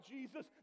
Jesus